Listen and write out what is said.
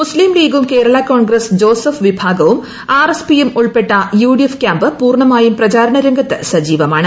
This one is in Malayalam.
മുസ്ലിം ലീഗും കേരളാ കോൺഗ്രസ് ജോസഫ്ട് പ്പിഭാഗവും ആർഎസ്പിയും ഉൾപ്പെട്ട യുഡിഎഫ് കൃാമ്പ് പ്പൂർണ്ണമായും പ്രചാരണ രംഗത്ത് സജീവമാണ്